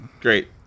Great